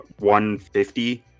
150